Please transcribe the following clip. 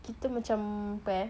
kita macam ape eh